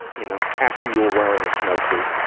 you know, after you were wearing a snowsuit.